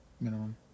minimum